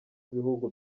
n’ibihugu